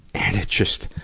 and it just